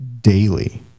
daily